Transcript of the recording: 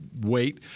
wait